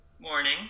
Morning